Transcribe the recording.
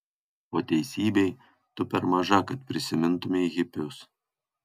po teisybei tu per maža kad prisimintumei hipius